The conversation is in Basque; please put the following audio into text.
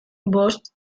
bost